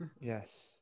Yes